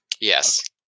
Yes